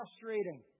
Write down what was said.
frustrating